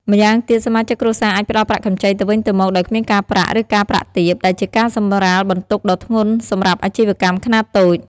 ម្យ៉ាងទៀត សមាជិកគ្រួសារអាចផ្តល់ប្រាក់កម្ចីទៅវិញទៅមកដោយគ្មានការប្រាក់ ឬការប្រាក់ទាប ដែលជាការសម្រាលបន្ទុកដ៏ធ្ងន់សម្រាប់អាជីវកម្មខ្នាតតូច។